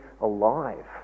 alive